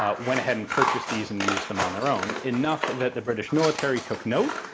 ah went ahead and purchased these and used them on their own. enough that the british military took note,